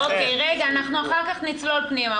רגע, אחר כך נצלול פנימה.